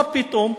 מה פתאום?